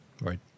Right